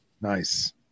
Nice